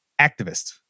Activist